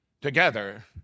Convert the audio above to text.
together